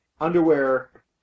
underwear